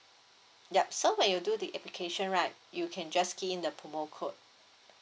yup so when you do the application right you can just key in the promo code